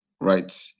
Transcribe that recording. right